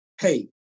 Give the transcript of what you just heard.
hey